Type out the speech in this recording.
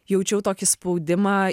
jaučiau tokį spaudimą